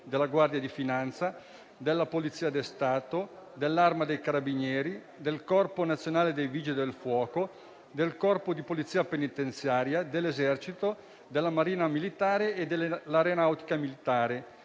della guardia di finanza, della Polizia di Stato, dell'Arma dei carabinieri, del Corpo nazionale dei vigili del fuoco, del Corpo di polizia penitenziaria, dell'Esercito, della Marina militare e dell'Aeronautica militare,